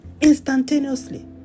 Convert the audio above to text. Instantaneously